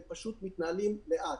אבל הם פשוט מתנהלים לאט.